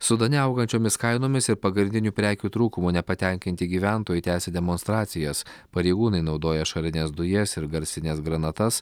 sudane augančiomis kainomis ir pagrindinių prekių trūkumu nepatenkinti gyventojai tęsia demonstracijas pareigūnai naudoja ašarines dujas ir garsines granatas